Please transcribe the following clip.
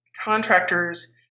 contractors